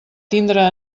tindre